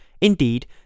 Indeed